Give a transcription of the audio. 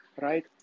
right